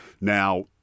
Now